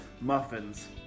muffins